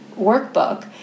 Workbook